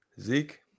Zeke